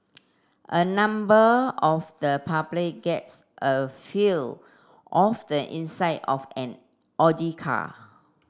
a number of the public gets a feel of the inside of an Audi car